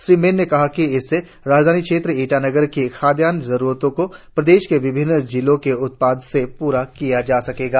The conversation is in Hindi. श्री मैन ने कहा कि इसे राजधानी क्षेत्र ईटानगर की खाद्यान्न जरुरतों को प्रदेश के विभिन्न जिलों के उत्पादों से पूरा किया जा सकेगा